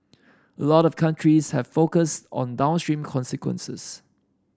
a lot of countries have focused on downstream consequences